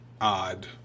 odd